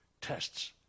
tests